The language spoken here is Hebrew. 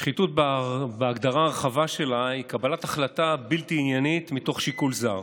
שחיתות בהגדרה הרחבה שלה היא קבלת החלטה בלתי עניינית מתוך שיקול זר.